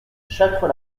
châtres